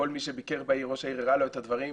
כל מי שביקר בעיר, ראש העיר הראה לו את הדברים.